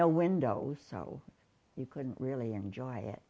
no windows so you couldn't really enjoy it